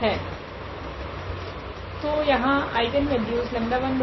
तो यहाँ आइगनवेल्यूस 𝜆10 𝜆23 है